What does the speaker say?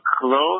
close